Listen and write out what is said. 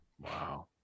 Wow